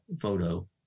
photo